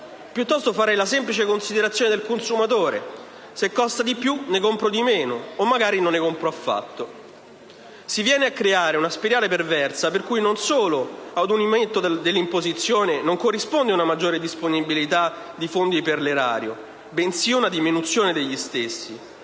Piuttosto farei la semplice considerazione del consumatore: se costa di più ne compro di meno o magari non ne compro affatto. Si viene a creare una spirale perversa, per cui non solo ad ogni aumento dell'imposizione non corrisponde una maggiore disponibilità di fondi per l'erario, bensì una diminuzione degli stessi,